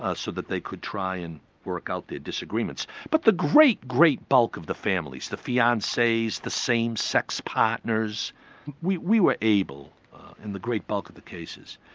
ah so that they could try and work out their disagreements. but the great, great bulk of the families, the fiancees, the same-sex partners we we were able in the great bulk of the cases,